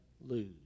lose